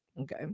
Okay